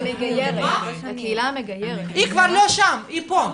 היא כבר לא שם, היא פה.